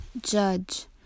judge